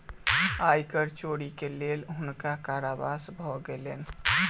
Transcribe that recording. आय कर चोरीक लेल हुनका कारावास भ गेलैन